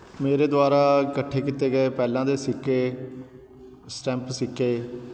ਮੇਰੇ ਦੁਆਰਾ ਇਕੱਠੇ ਕੀਤੇ ਗਏ ਪਹਿਲਾਂ ਦੇ ਸਿੱਕੇ ਸਟੈਂਪ ਸਿੱਕੇ